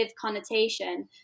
connotation